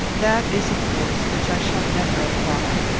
that is a force which i shall never apply.